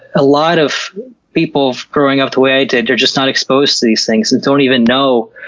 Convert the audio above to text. a lot of people growing up the way i did are just not exposed to these things, and don't even know,